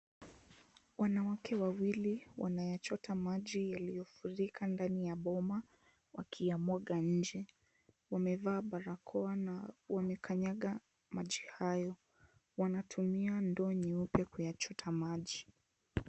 Wanawake wawili wanayachota maji yaliyofulika ndani ya boma wakiyamwaga nje. Wamevaa barakoa na wamekanyaga maji hayo. Wanatumia ndoo nyeupa kuyachota maji.